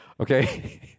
Okay